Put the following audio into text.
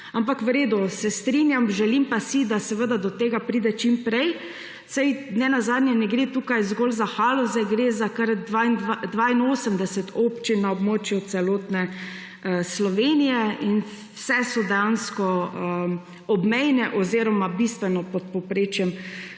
Ampak v redu, se strinjam, želim pa si, da seveda do tega pride čim prej, saj ne nazadnje tukaj ne gre zgolj za Haloze, gre za kar 82 občin na območju celotne Slovenije, vse so dejansko obmejne oziroma bistveno pod povprečjem